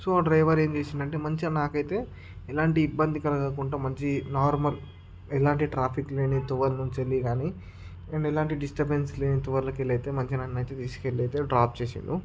so driver ఏం చేసిందంటే మంచిగా నాకైతే ఎలాంటి ఇబ్బంది కలగకుండా మంచి నార్మల్ ఎలాంటి ట్రాఫిక్ లేని తోవాలని నుంచి గాని నేను ఎలాంటి డిస్టర్బెన్స్ లేని తోవల కెళ్ళి అయితే మంచిగా నన్నయితే తీసుకెళ్లి అయితే డ్రాప్ చేసిండు